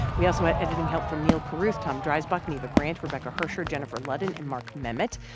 we also had editing help from neal carruth, tom dreisbach, neva grant, rebecca hersher, jennifer ludden and mark memmott.